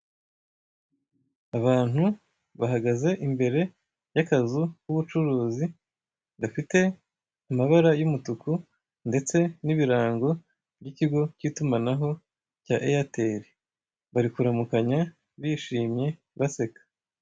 Abantu bahagaze imbere yakazu k'ubucuruzi gafite, amabara y'umutuku ndetse n'ibirango byikigo cyitumanaho cya airtel ,bari kuramukanya bishimye baseka.